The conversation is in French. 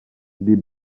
des